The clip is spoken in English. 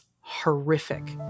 horrific